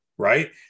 Right